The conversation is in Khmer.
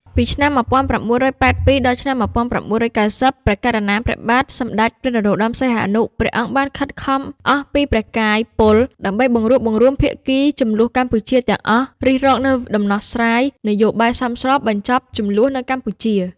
ពីឆ្នាំ១៩៨២ ដល់ ឆ្នាំ១៩៩០ ព្រះករុណាព្រះបាទសម្តេចព្រះនរោត្តម សីហនុ ព្រះអង្គ បានខិតខំអស់ពីព្រះកាយពល ដើម្បីបង្រួបបង្រួមភាគីជម្លោះកម្ពុជាទាំងអស់រិះរកនូវដំណោះ ស្រាយនយោបាយសមស្របបញ្ចប់ជម្លោះនៅកម្ពុជា។